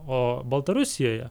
o baltarusijoje